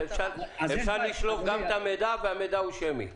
אפשר לשלוף גם את המידע והמידע הוא שמי.